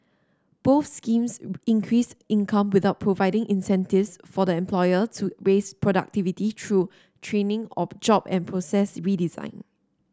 both schemes increased income without providing incentives for the employer to raise productivity through training or job and process redesign